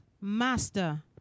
Master